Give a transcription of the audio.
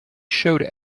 showed